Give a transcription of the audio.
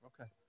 Okay